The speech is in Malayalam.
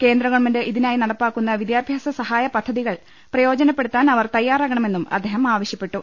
കേന്ദ്രഗവൺമെന്റ് ഇതിനായി നടപ്പാക്കുന്ന വിദ്യാഭ്യാസ സഹായ പദ്ധതികൾ പ്രയോജനപ്പെടുത്താൻ അവർ തയ്യാറാകണമെന്നും അദ്ദേഹം ആവശ്യപ്പെട്ടു